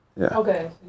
Okay